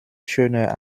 schöner